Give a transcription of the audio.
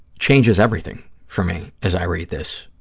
changes everything for me as i read this.